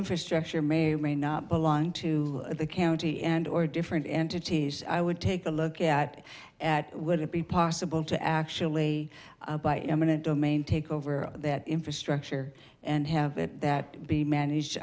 infrastructure may or may not belong to the county and or different entities i would take a look at at would it be possible to actually by eminent domain take over that infrastructure and have it that be managed